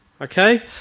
Okay